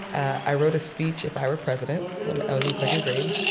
i wrote a speech, if i were president, when i was in second grade,